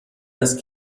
است